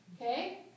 Okay